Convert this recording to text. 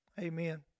Amen